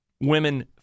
women